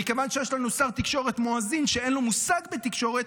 מכיוון שיש לנו שר תקשורת מואזין שאין לו מושג בתקשורת,